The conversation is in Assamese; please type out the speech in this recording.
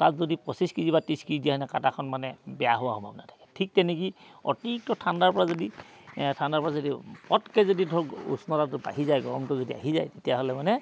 তাত যদি পঁচিছ কেজি বা ত্ৰিছ কেজি দিয়া হয় কাটাখন মানে বেয়া হোৱাৰ সম্ভাৱনা থাকে ঠিক তেনেকৈ অতিৰিক্ত ঠাণ্ডাৰ পৰা যদি ঠাণ্ডাৰ পৰা যদি পটকৈ যদি ধৰক উষ্ণতাটো বাঢ়ি যায় গৰমটো যদি আহি যায় তেতিয়াহ'লে মানে